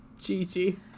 Gigi